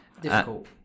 difficult